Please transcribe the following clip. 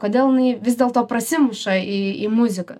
kodėl jinai vis dėl to prasimuša į į muziką